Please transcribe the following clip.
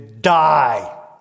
die